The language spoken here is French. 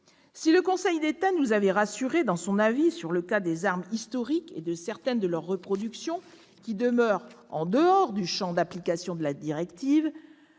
Si le Conseil d'État nous avait rassurés dans son avis sur le cas des armes historiques et de certaines de leurs reproductions, qui demeurent en dehors du champ d'application de la directive,